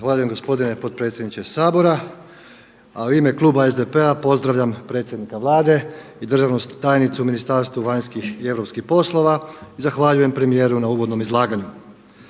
Zahvaljujem gospodine potpredsjedniče Sabora. A u ime kluba SDP-a pozdravljam predsjednika Vlade i državnu tajnicu u Ministarstvu vanjskih i europskih poslova. Zahvaljujem premijeru na uvodnom izlaganju.